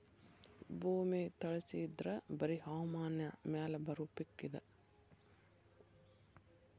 ಭೂಮಿ ತಳಸಿ ಇದ್ರ ಬರಿ ಹವಾಮಾನ ಮ್ಯಾಲ ಬರು ಪಿಕ್ ಇದ